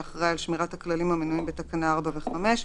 אחראי על שמירת הכללים המנויים בתקנה 4 ו-5,